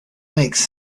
makes